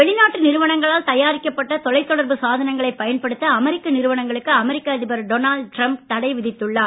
வெளிநாட்டு நிறுவனங்களால் தயாரிக்கப்பட்ட தொலைத்தொடர்பு சாதனங்களை பயன்படுத்த அமெரிக்க நிறுவனங்களுக்கு அமெரிக்க அதிபர் டொனால்ட் டிரம்ப் தடை விதித்துள்ளார்